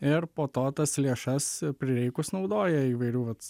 ir po to tas lėšas prireikus naudoja įvairių vat